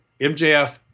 MJF